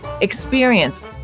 Experience